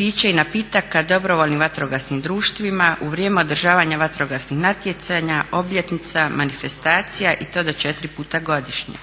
piće i napitaka dobrovoljnim vatrogasnim društvima u vrijeme održavanja vatrogasnim natjecanjima, obljetnica, manifestacija i to do 4 puta godišnje.